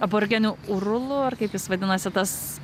aborgenių rulų ar kaip jis vadinasi tas